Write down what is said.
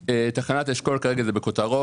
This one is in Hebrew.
תחנת אשכול זה כרגע בכותרות,